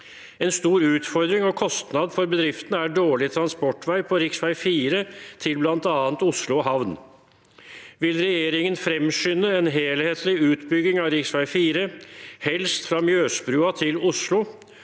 En stor utfordring og kostnad for bedriftene er dårlig transportvei på riksvei 4 til blant annet Oslo havn. Vil regjeringen fremskynde en helhetlig utbygging av riksvei 4, helst fra Mjøsbrua til Oslo,